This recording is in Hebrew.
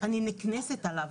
אני נקנסת עליו.